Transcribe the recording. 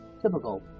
Typical